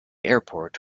airport